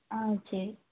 ஆ சரி